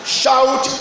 shout